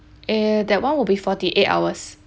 eh that one will be forty-eight hours